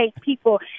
people